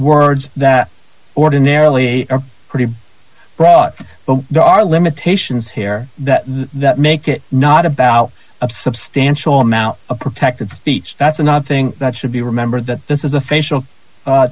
words that ordinarily a pretty broad but there are limitations here that make it not about up substantial amount of protected speech that's another thing that should be remembered that this is a facial